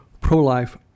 pro-life